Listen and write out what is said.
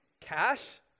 cash